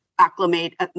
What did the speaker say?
acclimate